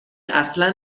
اصلا